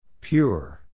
Pure